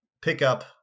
pickup